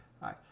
Hi